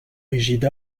rigide